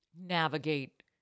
navigate